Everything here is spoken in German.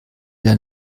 der